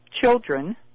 children